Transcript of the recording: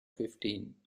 fifteen